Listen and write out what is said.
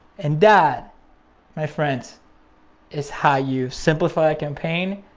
and that my friends is how you simplify a campaign,